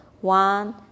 one